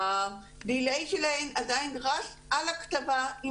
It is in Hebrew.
הדיליי שלהן עדיין רץ על הכתבה עם